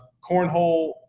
cornhole